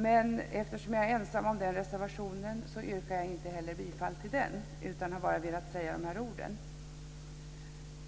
Men eftersom jag är ensam om den reservationen yrkar jag inte heller bifall till den utan har bara velat säga de här orden.